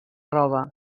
roba